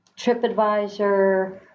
TripAdvisor